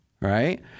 right